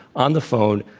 on the phone,